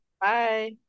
Bye